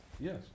Yes